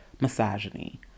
misogyny